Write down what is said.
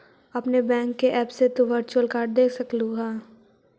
अपने बैंक के ऐप से तु वर्चुअल कार्ड देख सकलू हे